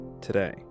Today